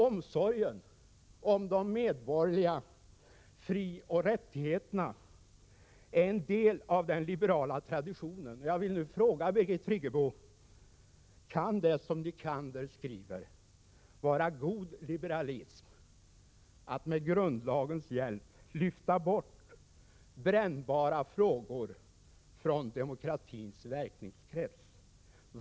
Omsorgen om de medborgerliga frioch rättigheterna är en del av den liberala traditionen.” Jag vill nu fråga Birgit Friggebo: Kan det, som Nycander skriver, vara god liberalism ”att med grundlagens hjälp lyfta bort brännbara frågor från demokratins verkningskrets”?